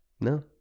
No